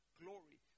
glory